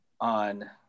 on